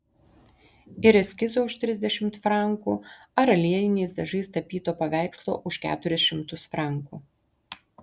ir eskizo už trisdešimt frankų ar aliejiniais dažais tapyto paveikslo už keturis šimtus frankų